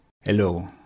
hello